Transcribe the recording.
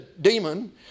demon